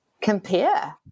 compare